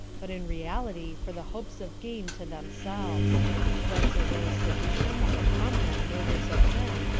but in reality for the hopes of gain to themselves whence arose seditions, and from them murders of men,